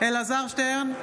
אלעזר שטרן,